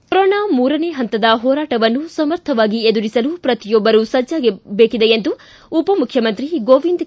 corona ಮೂರನೇ ಪಂತದ ಹೋರಾಟವನ್ನು ಸಮರ್ಥವಾಗಿ ಎದುರಿಸಲು ಪ್ರತಿಯೊಬ್ಬರು ಸಜ್ಜಾಗಬೇಕಿದೆ ಎಂದು ಉಪಮುಖ್ಯಮಂತ್ರಿ ಗೋವಿಂದ ಎಂ